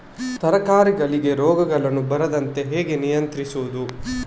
ತರಕಾರಿಗಳಿಗೆ ರೋಗಗಳು ಬರದಂತೆ ಹೇಗೆ ನಿಯಂತ್ರಿಸುವುದು?